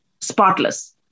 spotless